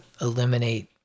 eliminate